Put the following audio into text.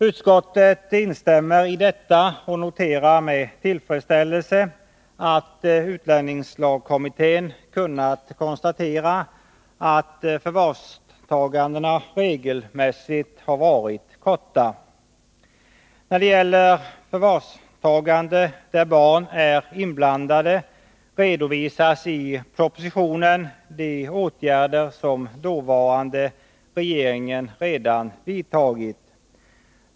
Utskottet instämmer i detta och noterar med tillfredsställelse att utlän ningslagskommittén kunnat konstatera att förvarstagandena regelmässigt varit korta. När det gäller förvarstagande där barn är inblandade redovisas i propositionen de åtgärder som dåvarande regeringen redan vidtagit.